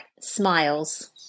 Smiles